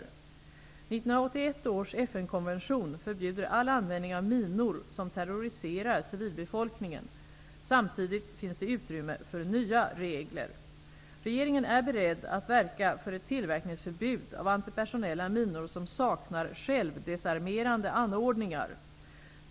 I 1981 års FN-konvention förbjuds alla användning av minor som terroriserar civilbefolkningen. Samtidigt finns det utrymme för nya regler. Regeringen är beredd att verka för ett tillverkningsförbud av antipersonella minor som saknar självdesarmerande anordningar.